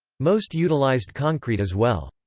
most utilized concrete as well.